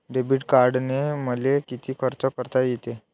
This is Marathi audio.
डेबिट कार्डानं मले किती खर्च करता येते?